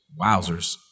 Wowzers